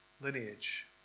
lineage